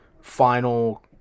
final